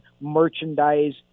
merchandise